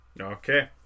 Okay